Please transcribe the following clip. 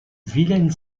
vilaine